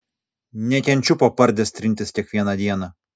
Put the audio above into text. nekenčiu po pardes trintis kiekvieną dieną